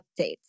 updates